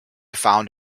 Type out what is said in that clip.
found